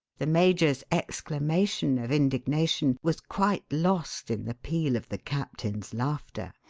the major's exclamation of indignation was quite lost in the peal of the captain's laughter.